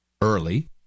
early